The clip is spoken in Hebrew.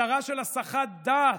הדרה של הסחת דעת,